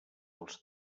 als